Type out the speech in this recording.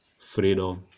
freedom